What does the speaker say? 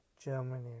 Germany